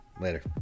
Later